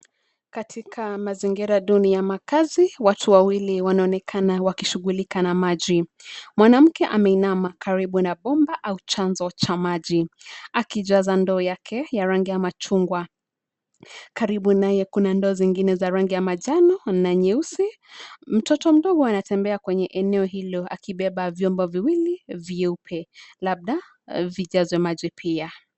Katika mazingira duni ya makazi, watu wawili wanaonekana wakishughulika na maji. Mwanamke ameinama karibu na bomba au chanzo cha maji, akijaza ndoo yake ya rangi ya machungwa. Karibu naye kuna ndoo zingine za rangi ya manjano na nyeusi. Mtoto mdogo anatembea kwenye eneo hilo akibeba vyombo viwili vyeupe labda vijazwe maji pia.